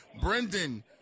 Brendan